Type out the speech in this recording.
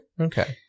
Okay